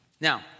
Now